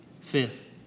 Fifth